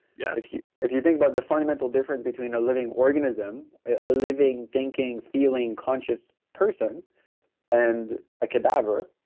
yes if you if you think about the fundamental difference between a living organism. a living thinking, feeling, conscious person and a cadaver,